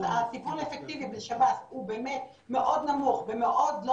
הטיפול האפקטיבי בשב"ס הוא באמת מאוד נמוך ומאוד לא